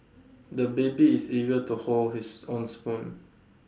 the baby is eager to hold his own spoon